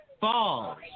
falls